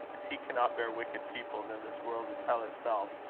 if he cannot bear wicked people, then this world is hell itself,